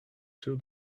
two